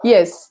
Yes